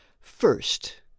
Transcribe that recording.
First